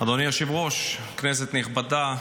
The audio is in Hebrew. אדוני היושב-ראש, כנסת נכבדה,